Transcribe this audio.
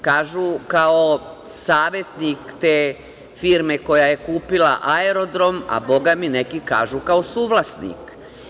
Kažu kao savetnik te firme koja je kupila aerodrom, a Boga mi, neki kažu kao suvlasnik.